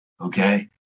okay